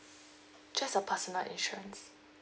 just a personal insurance